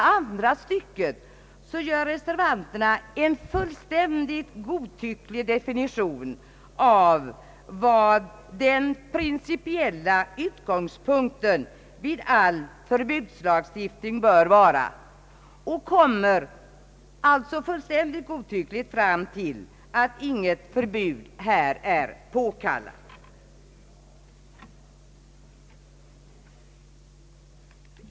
I andra stycket gör reservanterna en fullständigt godtycklig definition av vad den principiella utgångspunkten vid all förbudslagstiftning bör vara, De kommer — alltså fullständigt godtyckligt — fram till att inget förbud här är påkallat.